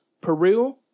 Peru